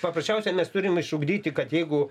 paprasčiausiai mes turim išugdyti kad jeigu